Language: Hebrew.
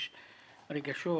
יש רגשות,